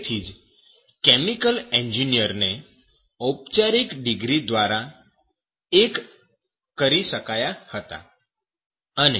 તેથી જ કેમિકલ એન્જિનિયરને ઔપચારિક ડિગ્રી દ્વારા એક કરી શક્યા હતા